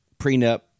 Prenup